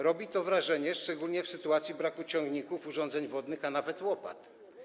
Robi to wrażenie, szczególnie wobec braku ciągników, urządzeń wodnych, a nawet łopat.